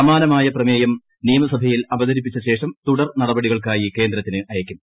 സമാനമായ പ്രമേയം നിയമസഭയിൽ അവതരിപ്പിച്ച ശേഷം തുടർനടപടികൾക്കായി കേന്ദ്രത്തിന് അയക്കും